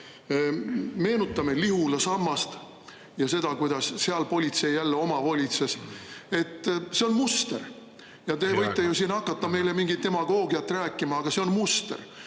Meenutame Lihula sammast ja seda, kuidas seal politsei jälle omavolitses. See on muster. Te võite ju siin hakata meile mingit demagoogiat rääkima, aga see on muster.